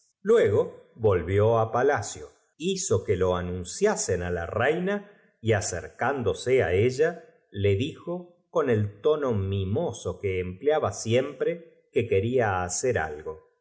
luego volvió á palacio hizo quien visitaban el cual era un i'onarca que lo anunciasen á la reina y acercánde los más jerárquicos para dar un gran dose é ella le dijo con el tono mimoso tiento á su tesoro a fuerza de obsequiar que empleaba siempre que quería hacer los